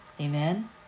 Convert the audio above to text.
Amen